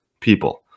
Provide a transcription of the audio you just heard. people